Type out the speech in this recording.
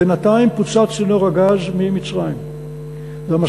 בינתיים פוצץ צינור הגז ממצרים והמשא-ומתן,